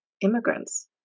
Immigrants